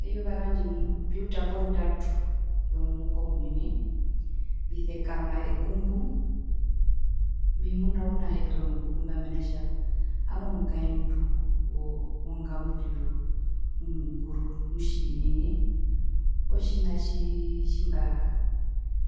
Eyuva randje mbiuta mbiuta pondatu yomuhukomunene mbisekama ekumbu mbimuna ounahepero mokukumba mena rokutja ami omukaendu wongamburiro mu mukuru nu tjinene otjina tjii